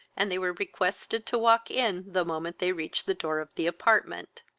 and they were requested to walk in the moment they reached the door of the apartment.